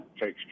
takes